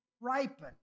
ripen